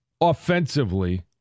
offensively